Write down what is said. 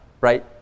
right